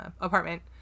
apartment